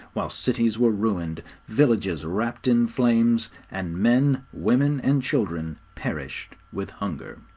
while cities were ruined, villages wrapped in flames, and men, women and children perished with hunger.